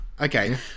Okay